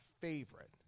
favorite